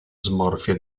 smorfia